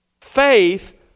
Faith